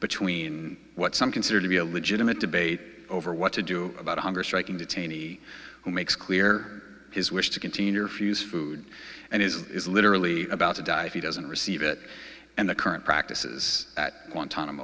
between what some consider to be a legitimate debate over what to do about hunger striking the taney who makes clear his wish to continue refuse food and is literally about to die if he doesn't receive it and the current practices at